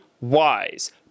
wise